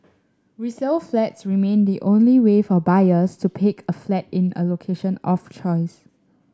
resale flats remain the only way for buyers to pick a flat in a location of choice